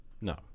no